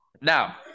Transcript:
Now